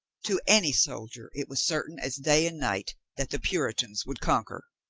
to any soldier it was certain as day and night, that the puritans would conquer.